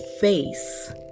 face